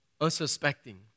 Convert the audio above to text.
unsuspecting